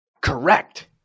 Correct